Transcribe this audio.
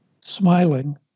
smiling